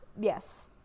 yes